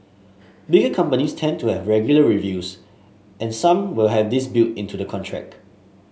bigger companies tend to have regular reviews and some will have this built into the contract